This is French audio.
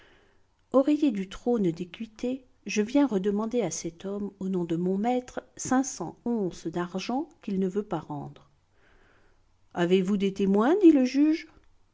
oreiller du trône d'équité je viens redemander à cet homme au nom de mon maître cinq cents onces d'argent qu'il ne veut pas rendre avez-vous des témoins dit le juge